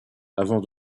avant